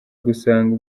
gusanga